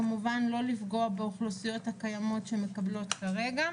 כמובן לא לפגוע באוכלוסיות קיימות שמקבלות כרגע.